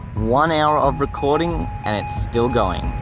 one hour of recording and it's still going.